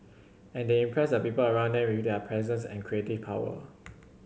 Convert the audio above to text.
and they impress the people around them with their presence and creative power